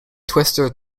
twister